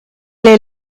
est